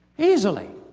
easily.